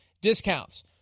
discounts